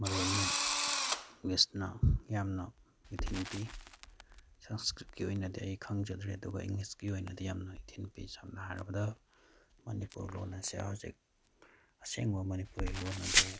ꯃꯔꯨ ꯑꯣꯏꯅ ꯏꯪꯂꯤꯁ ꯏꯪꯂꯤꯁꯅ ꯌꯥꯝꯅ ꯏꯊꯤꯜ ꯄꯤ ꯁꯪꯁꯀ꯭ꯔꯤꯠꯀꯤ ꯑꯣꯏꯅꯗꯤ ꯑꯩ ꯈꯪꯖꯗ꯭ꯔꯦ ꯑꯗꯨꯒ ꯏꯪꯂꯤꯁꯀꯤ ꯑꯣꯏꯅꯗꯤ ꯌꯥꯝꯅ ꯏꯊꯤꯜ ꯄꯤ ꯁꯝꯅ ꯍꯥꯏꯔꯕꯗ ꯃꯅꯤꯄꯨꯔ ꯂꯣꯟ ꯑꯁꯦ ꯍꯧꯖꯤꯛ ꯑꯁꯦꯡꯕ ꯃꯅꯤꯄꯨꯔꯤ ꯂꯣꯟ ꯑꯗꯨ